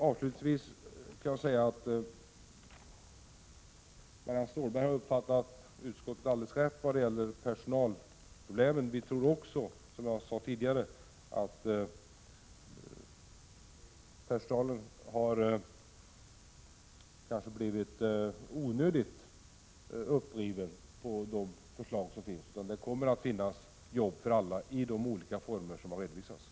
Avslutningsvis kan jag säga att Marianne Stålberg har uppfattat utskottets skrivning alldeles rätt vad gäller personalproblemen. Jag tror också, som jag sade tidigare, att personalen har blivit onödigt uppriven med anledning av förslaget. Det kommer att finnas arbete åt alla i de olika former som har redovisats.